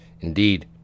Indeed